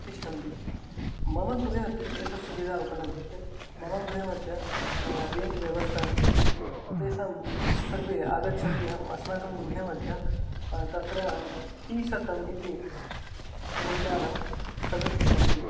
तिष्ठन्ति मम गृहे अपि एषा सुविधा उपलभ्यते मम गृहं मध्ये रेण्ट् व्यवस्था अस्ति तेषां सर्वे आगच्छन्ति अस्माकं गृहं मध्ये तत्र त्रिशतम् इति मूल्यानां सर्वे तिष्ठन्ति